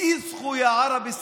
(אומר בערבית: התעוררו,